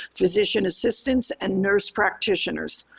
physician assistants, and nurse practitioners.